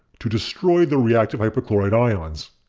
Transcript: to destroy the reactive hypochlorite ions.